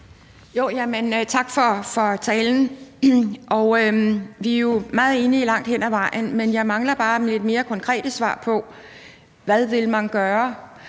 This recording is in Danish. Tak for talen. Vi er jo langt hen ad vejen meget enige, men jeg mangler bare lidt mere konkrete svar på, hvad man vil gøre.